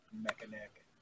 Mechanic